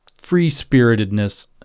free-spiritedness